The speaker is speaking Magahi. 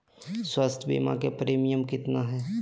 स्वास्थ बीमा के प्रिमियम कितना है?